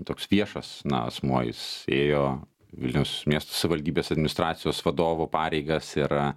toks viešas na asmuo jis ėjo vilniaus miesto savivaldybės administracijos vadovo pareigas yra